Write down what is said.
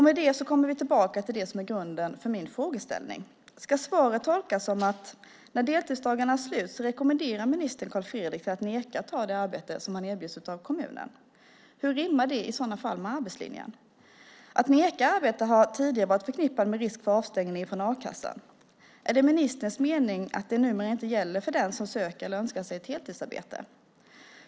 Med det kommer vi tillbaka till det som är grunden för min frågeställning. Ska svaret tolkas som att när deltidsdagarna är slut rekommenderar ministern Karl-Fredrik att neka ta det arbete som han erbjuds av kommunen? Hur rimmar det i så fall med arbetslinjen? Att neka arbete har tidigare varit förknippat med risk för avstängning från a-kassan. Är det ministerns mening att det numera inte gäller för den som söker eller önskar sig ett heltidsarbete?